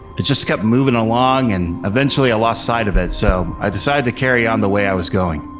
it just kept moving along and eventually, i lost sight of it, so i decided to carry on the way i was going.